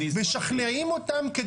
משכנעים אותם.